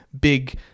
big